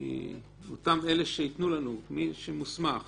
מאותם אלה שייתנו לנו, מי שמוסמך